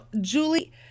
Julie